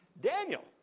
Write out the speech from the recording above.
Daniel